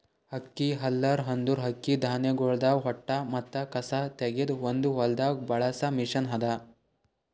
ಅಕ್ಕಿ ಹಲ್ಲರ್ ಅಂದುರ್ ಅಕ್ಕಿ ಧಾನ್ಯಗೊಳ್ದಾಂದ್ ಹೊಟ್ಟ ಮತ್ತ ಕಸಾ ತೆಗೆದ್ ಒಂದು ಹೊಲ್ದಾಗ್ ಬಳಸ ಮಷೀನ್ ಅದಾ